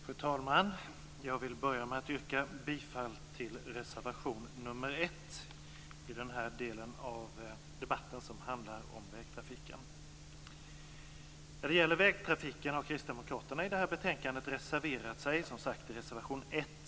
Fru talman! Jag vill börja med att yrka bifall till reservation nr 1 i den här delen av debatten, som handlar om vägtrafiken. När det gäller vägtrafiken har Kristdemokraterna i det här betänkandet, som sagt, reserverat sig i reservation 1.